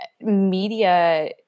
media